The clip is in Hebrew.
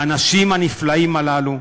האנשים הנפלאים הללו,